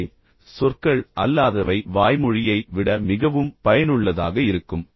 எனவே சொற்கள் அல்லாதவை வாய்மொழியை விட மிகவும் பயனுள்ளதாக இருக்கும்